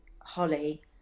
Holly